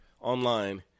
online